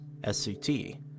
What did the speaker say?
SCT